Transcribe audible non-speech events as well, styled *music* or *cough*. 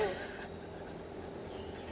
*laughs*